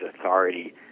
authority